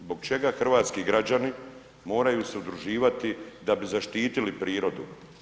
Zbog čega hrvatski građani moraju se udruživati da bi zaštitili prirodu?